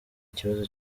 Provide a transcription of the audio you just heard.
ikibazo